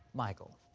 michael,